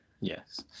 Yes